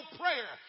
prayer